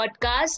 podcast